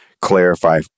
clarify